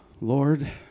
Lord